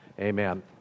amen